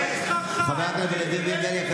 חבר הכנסת ולדימיר בליאק,